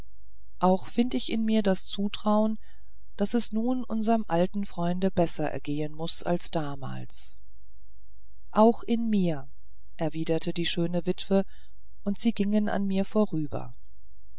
auch find ich in mir das zutrauen daß es nun unserm alten freunde besser ergehen muß als damals auch in mir erwiderte die schöne witwe und sie gingen an mir vorüber